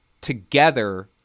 together